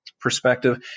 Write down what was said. perspective